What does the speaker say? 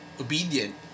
obedient